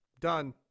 done